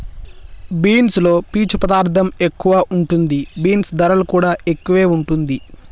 beans లో పీచు పదార్ధం ఎక్కువ ఉంటది, బీన్స్ ధరలు కూడా ఎక్కువే వుంటుంది